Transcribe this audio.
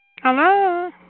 Hello